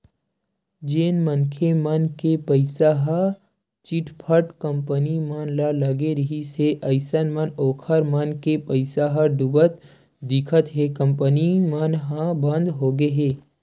जेन मनखे मन के पइसा ह चिटफंड कंपनी मन म लगे रिहिस हे अइसन म ओखर मन के पइसा ह डुबत दिखत हे कंपनी मन ह बंद होगे हे